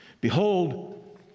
Behold